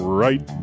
right